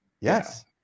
yes